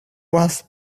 was